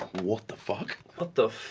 what the f? ah what the